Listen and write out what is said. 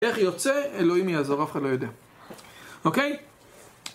איך יוצא? אלוהים יעזור, אף אחד לא יודע, אוקיי?